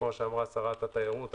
כמו שאמרה שרת התיירות,